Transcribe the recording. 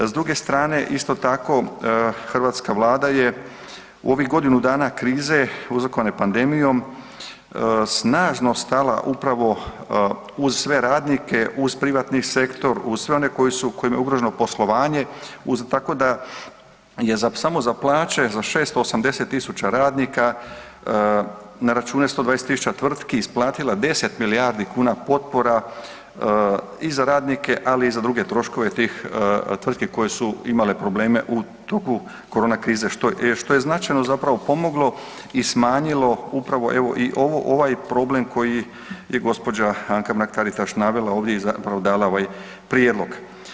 S druge strane isto tako hrvatska Vlada je u ovih godinu dana krize uzrokovane pandemijom snažno stala upravo uz sve radnike, uz privatni sektor, uz sve one kojima je ugroženo poslovanje uz, tako da je samo za plaće za 680.000 radnika na računa 120.000 tvrtki isplatila 10 milijardi kuna potpora i za radnike, ali i za druge troškove tih tvrtki koje su imale probleme u toku korona krize što je značajno zapravo pomoglo i smanjilo upravo evo i ovaj problem koji je gospođa Anka Mrak Taritaš navela ovdje i zapravo dala ovaj prijedlog.